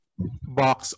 box